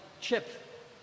Chip